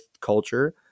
culture